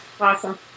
Awesome